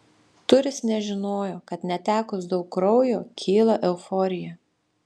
turis nežinojo kad netekus daug kraujo kyla euforija